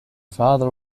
father